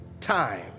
time